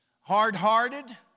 hard-hearted